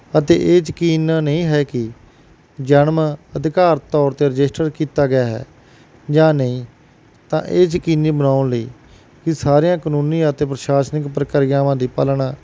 ਅਤੇ ਇਹ ਯਕੀਨ ਨਹੀਂ ਹੈ ਕਿ ਜਨਮ ਅਧਿਕਾਰ ਤੌਰ 'ਤੇ ਰਜਿਸਟਰ ਕੀਤਾ ਗਿਆ ਹੈ ਜਾਂ ਨਹੀਂ ਤਾਂ ਇਹ ਯਕੀਨੀ ਬਣਾਉਣ ਲਈ ਕਿ ਸਾਰੀਆਂ ਕਾਨੂੰਨੀ ਅਤੇ ਪ੍ਰਸ਼ਾਸਨਿਕ ਪ੍ਰਕਰਿਆਵਾਂ ਦੀ ਪਾਲਣਾ